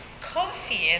coffee